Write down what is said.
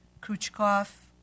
Khrushchev